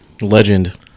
Legend